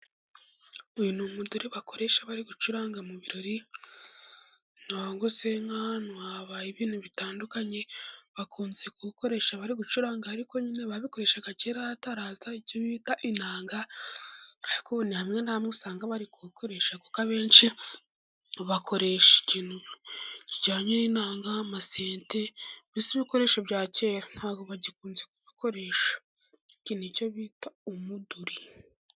Uyu ni umuduri bakoresha bari gucuranga mu birori, cyangwa se nka ahantu habaye ibintu bitandukanye, bakunze kuwukoresha bari gucuranga, ariko nyine babikoreshaga kera, hataraza ibyo bita inanga, ariko hamwe na hamwe usanga bari kuwukoresha, kuko abenshi bakoresha ikintu kijyanye n'inanga, amasente, mbese ibikoresho bya kera ntabwo bagikunze kubikoresha . Nicyo bita umuduri.